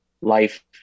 life